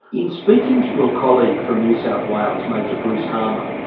in speaking to your colleague from new south wales, major bruce harmer,